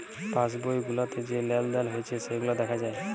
pass বই গুলাতে যা লেলদেল হচ্যে সেগুলা দ্যাখা যায়